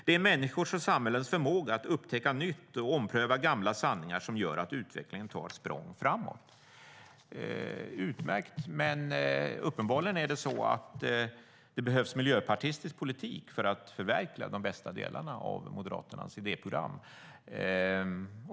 - Det är människors och samhällens förmåga att upptäcka nytt och ompröva gamla sanningar som gör att utvecklingen tar språng framåt." Det låter utmärkt, men uppenbarligen behövs miljöpartistisk politik för att förverkliga de bästa delarna av Moderaternas idéprogram.